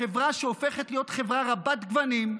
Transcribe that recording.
בחברה שהופכת להיות חברה רבת-גוונים,